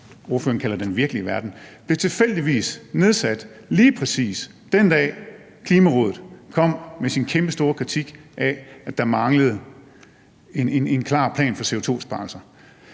ordføreren kalder den virkelige verden, blev tilfældigvis nedsat lige præcis den dag, hvor Klimarådet kom med sin kæmpestore kritik af, at der manglede en klar plan for CO2-besparelser.